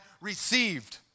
received